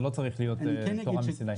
זה לא צריך להיות תורה מסיני.